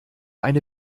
eine